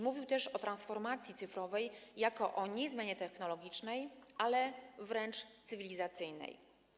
Mówił on też o transformacji cyfrowej jako o zmianie nie technologicznej, ale wręcz cywilizacyjnej.